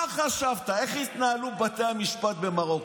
מה חשבת, איך התנהלו בתי המשפט במרוקו?